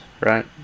right